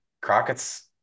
Crockett's